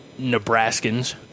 Nebraskans